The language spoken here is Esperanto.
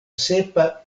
sepa